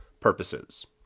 purposes